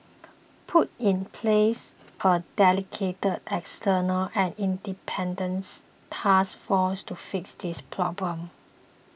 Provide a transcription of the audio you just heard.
put in place a dedicated external and independents task force to fix these problems